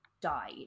died